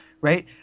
Right